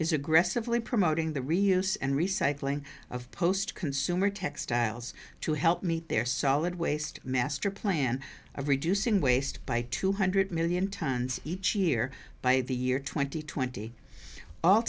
is aggressively promoting the reuse and recycling of post consumer textiles to help meet their solid waste master plan of reducing waste by two hundred million tons each year by the year twenty twenty all